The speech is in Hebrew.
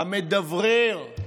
המדברר.